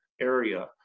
area